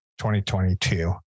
2022